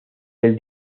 del